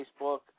Facebook